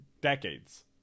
decades